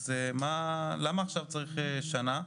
למה עכשיו צריך שנה?